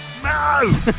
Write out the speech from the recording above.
No